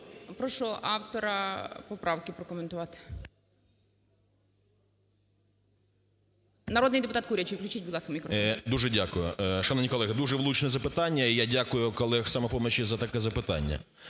дякую колегам "Самопомочі" за таке запитання.